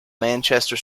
manchester